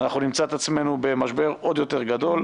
אנחנו נמצא את עצמנו במשבר עוד יותר גדול.